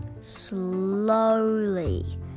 slowly